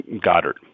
Goddard